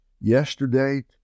yesterday